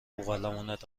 بوقلمونت